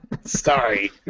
Sorry